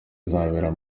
izabera